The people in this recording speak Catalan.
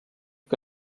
que